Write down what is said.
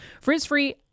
Frizz-free